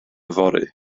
fory